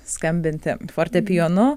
skambinti fortepijonu